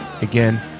again